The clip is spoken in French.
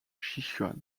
sichuan